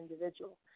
individual